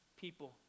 people